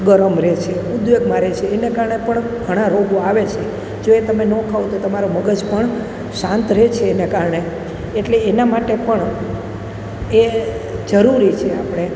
ગરમ રહે છે ઉદ્વેગમાં રહે છે એને કારણે પણ ઘણા રોગો આવે છે જો એ તમે ન ખાઓ તો તમારા મગજ પણ શાંત રહે છે એના કારણે એટલે એના માટે પણ એ જરૂરી છે આપણે